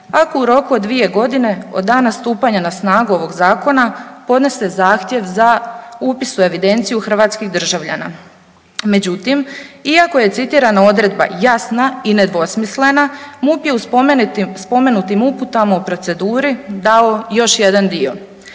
ako u roku od 2.g. od dana stupanja na snagu ovog zakona podnese zahtjev za upis u evidenciju hrvatskih državljana. Međutim, iako je citirana odredba jasna i nedvosmislena MUP je u spomenutim uputama o proceduri dao još jedan dio